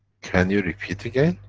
can you repeat again?